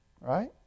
right